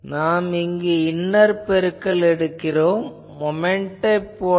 எனவே நாம் இங்கு இன்னர் பெருக்கல் எடுக்கிறோம் மொமென்ட்டைப் போல்